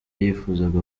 yifuzaga